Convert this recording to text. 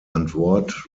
antwort